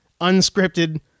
unscripted